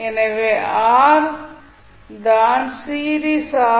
எனவே R தான் series R